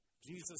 Jesus